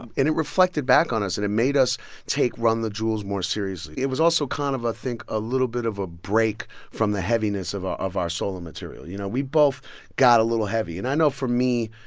um and it reflected back on us. and it made us take run the jewels more seriously. it was also kind of, i think, a little bit of a break from the heaviness of our of our solo material. you know, we both got a little heavy and i know for me,